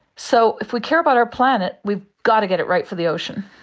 so if we care about our planet we've got to get it right for the ocean.